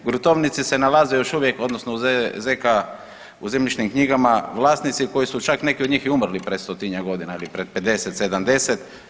Gruntovnice se nalaze još uvijek, odnosno u zemljišnim knjigama, vlasnici koji su čak neki od njih i umrli pred stotinjak godina ili pred 50, 70.